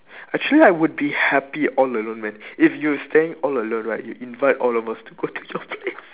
actually I would be happy all alone man if you staying all alone right you invite all of us to go to your place